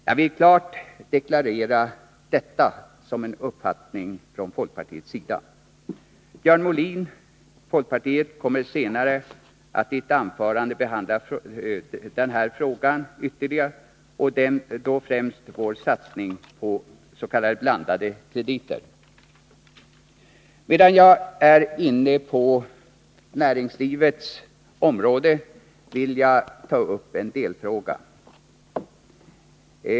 Jag vill klart deklarera detta som en uppfattning från folkpartiets sida. Björn Molin kommer senare att i ett anförande behandla den här frågan ytterligare och då främst vår satsning på s.k. blandade krediter. Medan jag är inne på näringslivets område vill jag ta upp en delfråga.